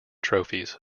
trophies